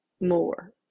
more